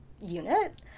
unit